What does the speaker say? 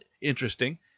interesting